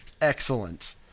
Excellent